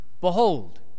Behold